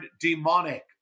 demonic